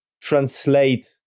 translate